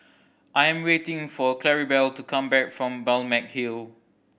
I am waiting for Claribel to come back from Balmeg Hill